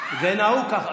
זה נהוג ככה.